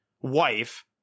wife